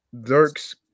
Dirk's